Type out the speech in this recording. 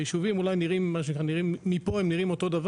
היישובים אולי נראים אותו דבר,